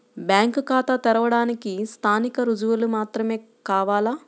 Bank ఖాతా తెరవడానికి స్థానిక రుజువులు మాత్రమే కావాలా?